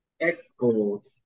export